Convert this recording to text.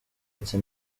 ati